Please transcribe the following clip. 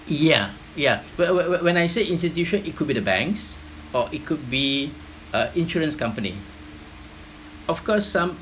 yeah yeah when when when I say institution it could be the banks or it could be uh insurance company of course some